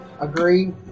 Agree